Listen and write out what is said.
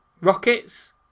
Rockets